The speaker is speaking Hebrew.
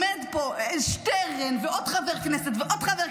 עומד פה שטרן ועוד חבר כנסת ועוד חבר כנסת,